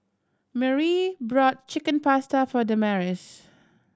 Merrie brought Chicken Pasta for Damaris